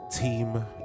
Team